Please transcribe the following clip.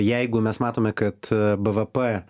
jeigu mes matome kad bvp